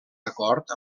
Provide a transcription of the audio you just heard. acord